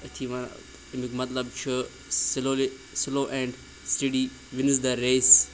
أتھی وَ اَمیُک مطلب چھُ slowly slow and steady wins the race